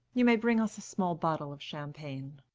you may bring us a small bottle of champagne.